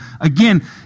Again